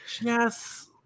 yes